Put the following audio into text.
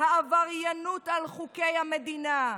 העבריינות על חוקי המדינה,